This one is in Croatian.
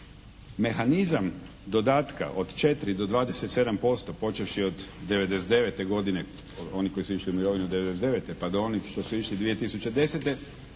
Mehanizam dodatka od 4 do 27% počevši od 99. godine, oni koji su išli u